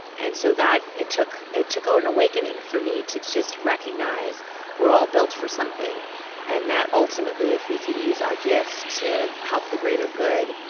and so that it took it took and an awakening for me to just recognize we're all built for something and that ultimately if we can use our gifts to help the greater good,